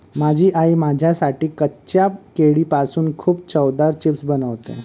माझी आई माझ्यासाठी कच्च्या केळीपासून खूप चवदार चिप्स बनवते